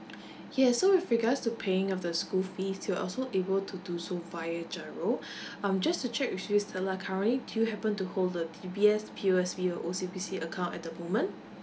yes so with regards to paying of the school fees you're also able to do so via giro um just to check with you is the like currently do you happen to hold the D_B_S P_O_S_B or O_C_B_C account at the moment